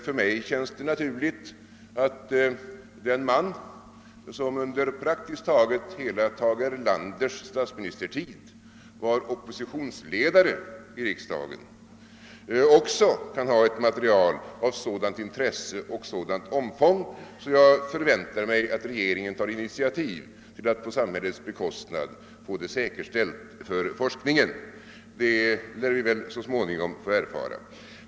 För mig verkar det sannolikt att den man som under praktiskt taget hela Tage Erlanders statsministertid var oppositionsledare i riksdagen också kan ha ett material av sådant intresse och av sådan omfattning, att jag förväntar mig att regeringen tar initiativ till att på samhällets bekostnad få det säker ställt för forskningen. Det lär vi så småningom få erfara.